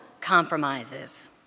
compromises